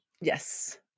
Yes